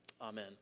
Amen